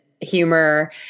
humor